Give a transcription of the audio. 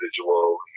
individual